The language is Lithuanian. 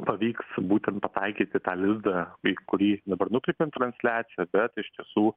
pavyks būtent pataikyti tą lizdą į kurį dabar nukreipėm transliaciją bet iš tiesų